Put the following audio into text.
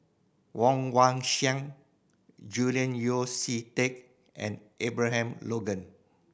Woon Wah Siang Julian Yeo See Teck and Abraham Logan